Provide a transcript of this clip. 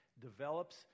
develops